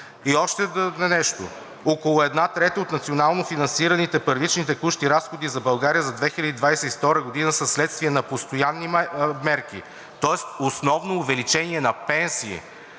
И още нещо. Около една трета от национално финансираните първични текущи разходи за България за 2022 г. са вследствие на постоянни мерки. Тоест основно увеличение на пенсии.